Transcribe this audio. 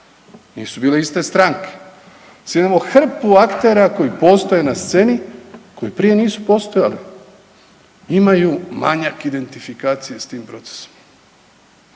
Nisu bile iste stranke. Sad imamo hrpu aktera koji postoje na sceni koji prije nisu postojali. Imaju manjak identifikacije sa tim procesom.